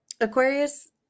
Aquarius